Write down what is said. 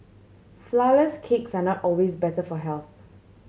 flourless cakes are not always better for health